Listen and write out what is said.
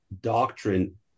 doctrine